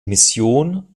mission